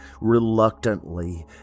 reluctantly